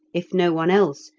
if no one else,